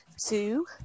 two